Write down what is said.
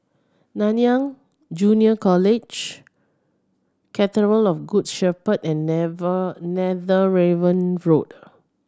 Nanyang Junior College Cathedral of Good Shepherd and Never Netheravon Road